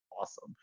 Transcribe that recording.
awesome